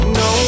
no